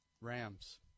Rams